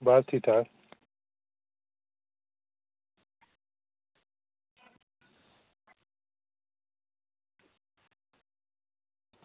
बस ठीक ठाक